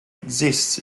exists